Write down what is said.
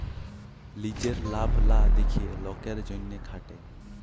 লিজের লাভ লা দ্যাখে লকের জ্যনহে খাটে